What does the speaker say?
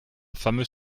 fameux